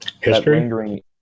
History